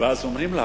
ואז אומרים לך: